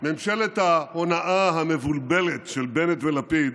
ממשלת ההונאה המבולבלת של בנט ולפיד